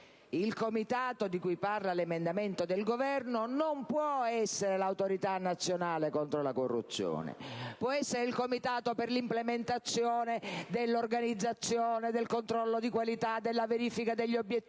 Il Comitato di cui parla l'emendamento del Governo non può essere l'Autorità nazionale contro la corruzione; può essere il Comitato per l'implementazione dell'organizzazione, del controllo di qualità, della verifica degli obiettivi,